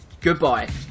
Goodbye